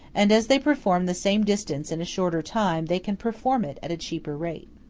and as they perform the same distance in a shorter time, they can perform it at a cheaper rate.